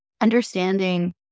Understanding